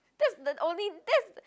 that's the only that's